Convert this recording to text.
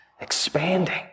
expanding